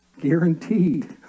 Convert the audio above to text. guaranteed